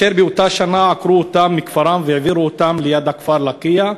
כאשר באותה שנה עקרו אותם מכפרם והעבירו אותם ליד הכפר לקיה,